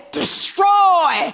destroy